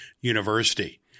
university